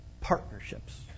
Partnerships